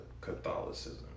Catholicism